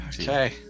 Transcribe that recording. okay